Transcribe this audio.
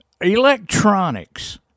Electronics